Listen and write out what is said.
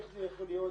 איך זה יכול להיות.